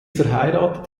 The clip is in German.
verheiratet